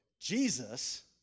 Jesus